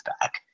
back